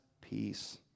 peace